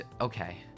okay